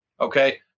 Okay